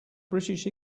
british